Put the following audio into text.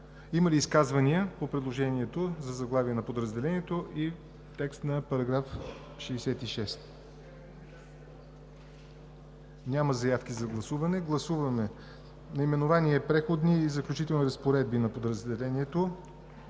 Има ли изказвания по предложението за заглавие на подразделението и текст на § 66? Няма заявки. Гласуваме наименование „Преходни и заключителни разпоредби“ на подразделението,